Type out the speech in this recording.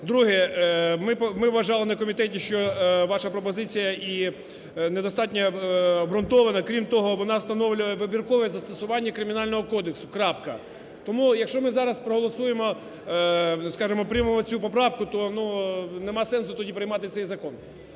Друге. Ми вважали на комітеті, що ваша пропозиція і недостатньо обґрунтована, крім того, вона встановлює вибіркове застосування Кримінального кодексу, крапка. Тому якщо ми зараз проголосуємо, скажемо, приймемо цю поправку, то нема сенсу тоді приймати цей закон,